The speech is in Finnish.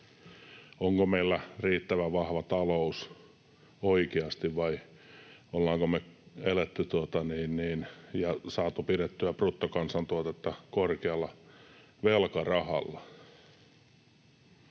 Onko meillä riittävän vahva talous oikeasti, vai ollaanko me velkarahalla eletty ja saatu pidettyä bruttokansantuotetta korkealla?